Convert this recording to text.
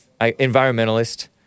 environmentalist